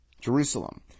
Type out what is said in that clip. Jerusalem